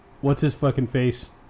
what's-his-fucking-face